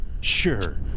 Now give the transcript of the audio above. Sure